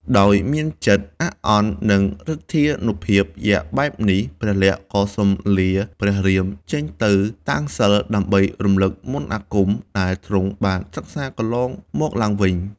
ដោយមានចិត្តអាក់អន់ នឹង ឫទ្ធានុភាពយក្សបែបនេះ ព្រះលក្សណ៍ក៏សុំលាព្រះរាមចេញទៅតាំងសិល្ប៍ ដើម្បីរំលឹកមន្តអាគមដែលទ្រង់បានសិក្សាកន្លងមកឡើងវិញ។